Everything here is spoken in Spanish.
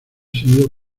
siendo